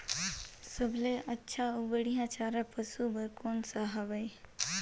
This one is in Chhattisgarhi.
सबले अच्छा अउ बढ़िया चारा पशु बर कोन सा हवय?